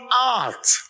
art